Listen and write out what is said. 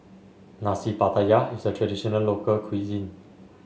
Nasi Pattaya is a traditional local cuisine